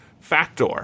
factor